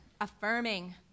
affirming